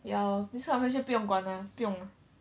ya lor this kind of friendship 不用管 lah 不用 lah